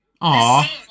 Aw